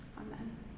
Amen